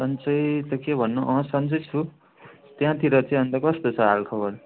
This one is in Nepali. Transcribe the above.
सन्चै त के भन्नु सन्चै छु त्यहाँतिर चाहिँ अन्त कस्तो छ हाल खबर